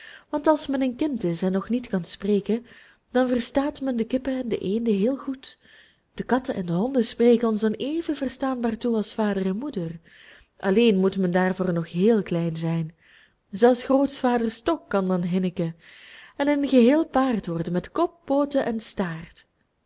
want als men een kind is en nog niet kan spreken dan verstaat men de kippen en de eenden heel goed de katten en de honden spreken ons dan even verstaanbaar toe als vader en moeder alleen moet men daarvoor nog heel klein zijn zelfs grootvaders stok kan dan hinniken en een geheel paard worden met kop pooten en staart